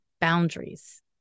boundaries